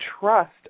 trust